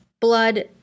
blood